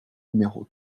numéro